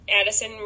Addison